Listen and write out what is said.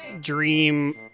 Dream